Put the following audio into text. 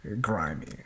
grimy